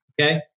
Okay